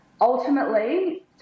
Ultimately